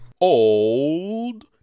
old